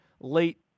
late